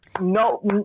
no